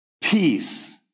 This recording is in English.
peace